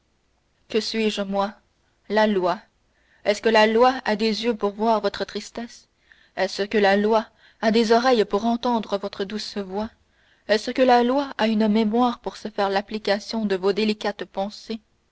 que suis-je moi la loi est-ce que la loi a des yeux pour voir votre tristesse est-ce que la loi a des oreilles pour entendre votre douce voix est-ce que la loi a une mémoire pour se faire l'application de vos délicates pensées